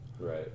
Right